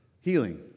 healing